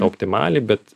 optimaliai bet